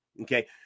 Okay